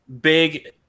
big